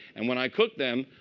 and when i cook them,